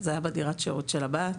זה היה בדירת שירות של הבת.